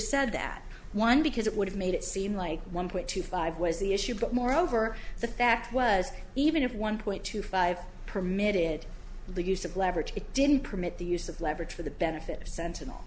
said that one because it would have made it seem like one point two five was the issue but moreover the fact was even if one point two five permitted the use of leverage it didn't permit the use of leverage for the benefit of sentinel